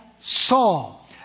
Saul